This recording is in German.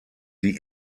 die